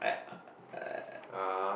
I uh